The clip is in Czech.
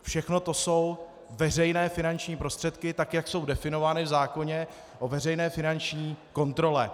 Všechno to jsou veřejné finanční prostředky, jak jsou definovány v zákoně o veřejné finanční kontrole.